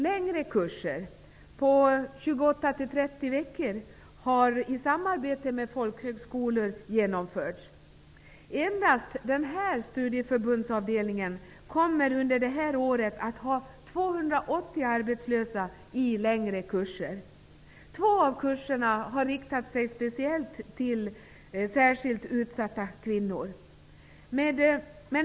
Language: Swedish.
Längre kurser på 28--30 veckor har i samarbete med folkhögskolor genomförts. Endast denna studieförbundsavdelning kommer under det här året att ha 280 arbetslösa i längre kurser. Två av kurserna har riktat sig speciellt till särskilt utsatta kvinnor.